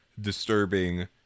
disturbing